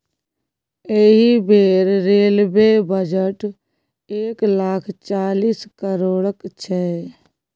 एहि बेर railway budget एक लाख चालीस करोड़क छै